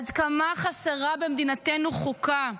עד כמה חסרה במדינתנו חוקה,